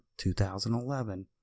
2011